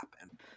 happen